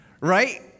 right